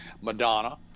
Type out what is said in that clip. Madonna